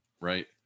right